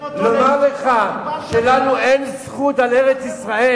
לומר לך שלנו אין זכות על ארץ-ישראל,